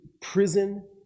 prison